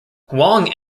huang